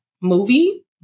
movie